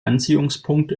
anziehungspunkt